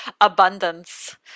abundance